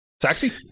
Taxi